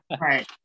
right